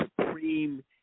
supreme